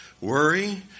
worry